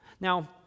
Now